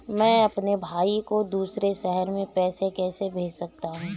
मैं अपने भाई को दूसरे शहर से पैसे कैसे भेज सकता हूँ?